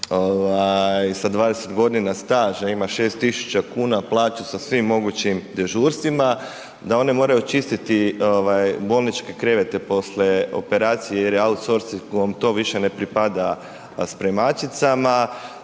sa 20 godina staža ima 6.000 kuna plaću sa svim mogućim dežurstvima, da one moraju čistiti ovaj bolničke krevete poslije operacije jer je outsorcingom to više ne pripada spremačicama,